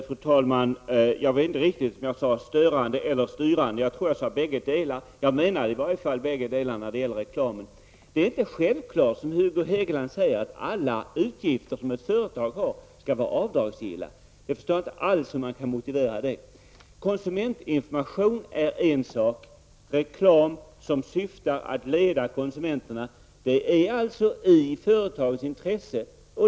Fru talman! Jag vet inte riktigt om jag sade styrande eller störande om reklam, men jag tror att jag sade bägge delarna. Jag menar i varje fall bägge delarna när det gäller reklam. Det är inte självklart, som Hugo Hegeland säger, att alla avgifter som ett företag har skall vara avdragsgilla. Jag kan inte alls förstå hur man kan motivera det. Konsumentinformation är en sak. Reklam som syftar till att leda konsumenterna till vissa val är alltså i företagens intresse.